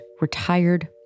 retired